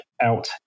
out